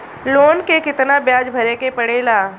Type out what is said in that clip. Loan के कितना ब्याज भरे के पड़े ला?